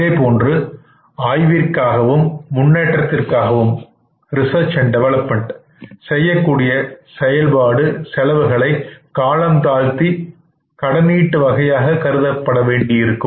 இதேபோன்று ஆய்விற்காகவும் முன்னேற்றத்திற்காகவும் Research Developmement செய்யக்கூடிய செயல்பாடு செலவுகளை காலம் தாழ்த்தி கடனீட்டு வகையாக கருதப்பட வேண்டியிருக்கும்